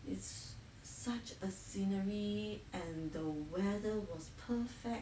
it's such a scenery and the weather was perfect